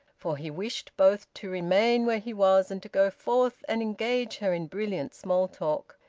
for he wished both to remain where he was and to go forth and engage her in brilliant small talk.